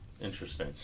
Interesting